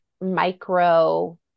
micro